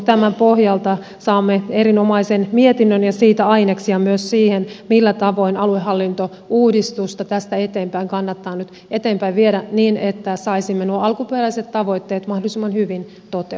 tämän pohjalta saamme erinomaisen mietinnön ja siitä aineksia myös siihen millä tavoin aluehallintouudistusta tästä eteenpäin kannattaa nyt eteenpäin viedä niin että saisimme nuo alkuperäiset tavoitteet mahdollisimman hyvin toteutumaan